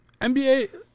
NBA